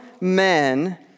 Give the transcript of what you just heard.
men